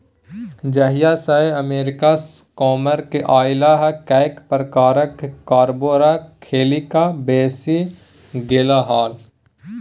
जहिया सँ अमेरिकासँ कमाकेँ अयलाह कैक प्रकारक कारोबार खेलिक बैसि गेलाह